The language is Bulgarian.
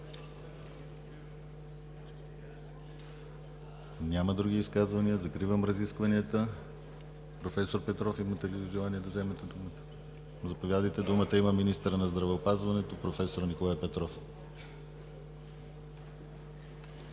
Други изказвания? Няма. Закривам разискванията. Професор Петров, имате ли желание да вземете думата? Заповядайте – има думата министърът на здравеопазването проф. Николай Петров.